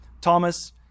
Thomas